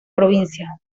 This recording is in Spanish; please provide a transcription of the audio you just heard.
provincia